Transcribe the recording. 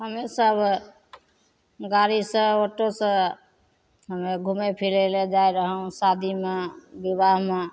हमेसभ गाड़ीसे ऑटोसे हमे घुमै फिरै ले जाइ रहौँ शादीमे विवाहमे